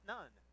None